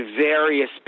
various